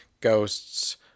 ghosts